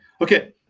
Okay